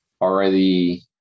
already